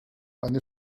eine